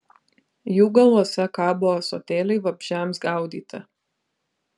jų galuose kabo ąsotėliai vabzdžiams gaudyti